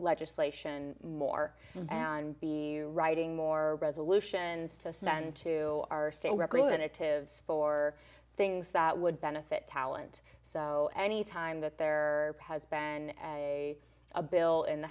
legislation more and be writing more resolutions to send to our state representatives for things that would benefit talent so any time that there has been a a bill in the